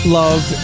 love